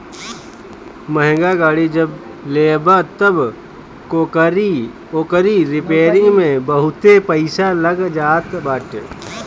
महंग गाड़ी जब लेबअ तअ ओकरी रिपेरिंग में बहुते पईसा लाग जात बाटे